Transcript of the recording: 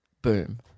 Boom